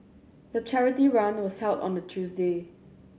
the charity run was held on a Tuesday